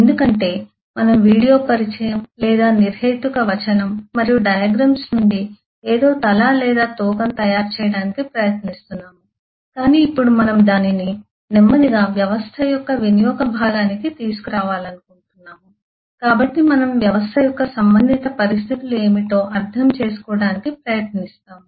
ఎందుకంటే మనం వీడియో పరిచయం లేదా నిర్హేతుక వచనం మరియు డయాగ్రమ్స్ నుండి ఏదో తల లేదా తోకను తయారు చేయడానికి ప్రయత్నిస్తున్నాము కాని ఇప్పుడు మనం దానిని నెమ్మదిగా వ్యవస్థ యొక్క వినియోగ భాగానికి తీసుకురావాలనుకుంటున్నాము కాబట్టి మనం వ్యవస్థ యొక్క సంబంధిత పరిస్థితులు ఏమిటో అర్థం చేసుకోవడానికి ప్రయత్నిస్తాము